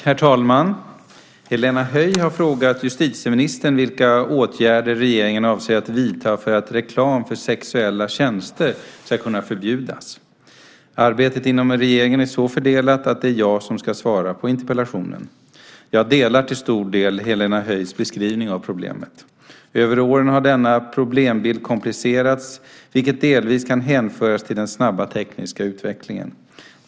Herr talman! Helena Höij har frågat justitieministern vilka åtgärder regeringen avser att vidta för att reklam för sexuella tjänster ska kunna förbjudas. Arbetet inom regeringen är så fördelat att det är jag som ska svara på interpellationen. Jag delar till stor del Helena Höijs beskrivning av problemet. Över åren har denna problembild komplicerats, vilket delvis kan hänföras till den snabba tekniska utvecklingen.